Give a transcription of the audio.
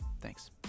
Thanks